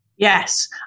Yes